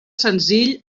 senzill